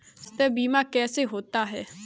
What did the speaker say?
स्वास्थ्य बीमा कैसे होता है?